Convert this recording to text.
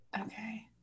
Okay